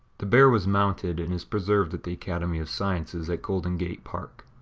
the bear was mounted and is preserved at the academy of sciences at golden gate park.